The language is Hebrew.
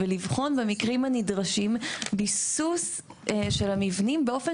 ולבחון במקרים הנדרשים ביסוס של המבנים באופן